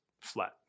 flat